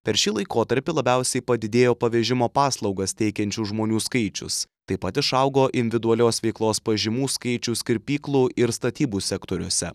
per šį laikotarpį labiausiai padidėjo pavežimo paslaugas teikiančių žmonių skaičius taip pat išaugo individualios veiklos pažymų skaičius kirpyklų ir statybų sektoriuose